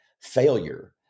failure